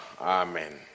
Amen